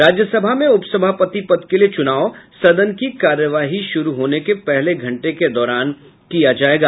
राज्यसभा में उपसभापति पद के लिए चुनाव सदन की कार्यवाही शुरू होने के पहले घंटे के दौरान किया जाएगा